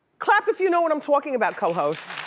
clap if you know what i'm talking about, co-host.